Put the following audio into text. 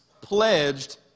pledged